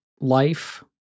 life